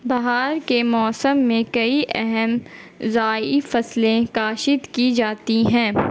بہار کے موسم میں کئی اہم رائی فصلیں کاشت کی جاتی ہیں